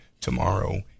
tomorrow